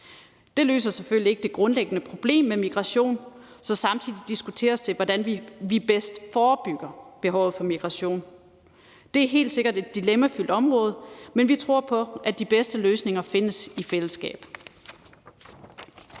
Det løser selvfølgelig ikke det grundlæggende problem med migration, så samtidig diskuteres det, hvordan vi bedst forebygger behovet for migration. Det er helt sikkert et dilemmafyldt område, men vi tror på, at de bedste løsninger findes i fællesskab.